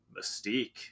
mystique